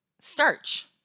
starch